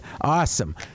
Awesome